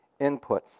inputs